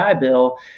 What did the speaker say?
Bill